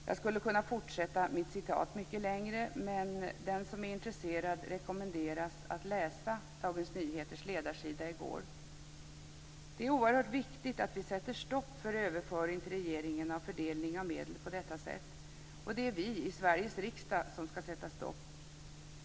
Jag skulle kunna fortsätta mitt citat mycket längre, men den som är intresserad rekommenderas att läsa Det är oerhört viktigt att vi sätter stopp för överföring till regeringen av fördelning av medel på detta sätt. Och det är vi i Sveriges riksdag som ska sätta stopp.